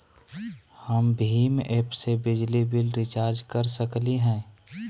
हम भीम ऐप से बिजली बिल रिचार्ज कर सकली हई?